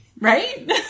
Right